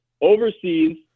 overseas